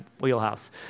wheelhouse